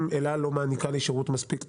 אם אל-על לא מעניקה לי שירות מספיק טוב,